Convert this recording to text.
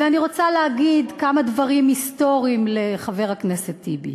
ואני רוצה להגיד כמה דברים היסטוריים לחבר הכנסת טיבי: